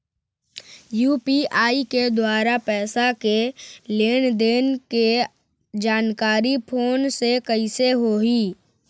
UPI के द्वारा पैसा के लेन देन के जानकारी फोन से कइसे होही?